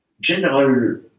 general